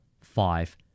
Five